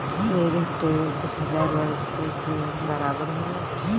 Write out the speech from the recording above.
एक हेक्टेयर दस हजार वर्ग मीटर के बराबर होला